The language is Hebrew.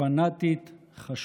פנאטית חשוכה.